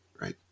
right